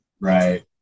right